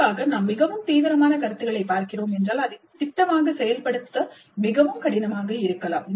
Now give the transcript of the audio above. குறிப்பாக நாம் மிகவும் தீவிரமான கருத்துக்களைப் பார்க்கிறோம் என்றால் அதை திட்டமாக செயல்படுத்த மிகவும் கடினமாக இருக்கலாம்